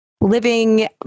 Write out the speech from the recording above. Living